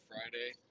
Friday